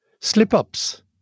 slip-ups